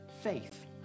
faith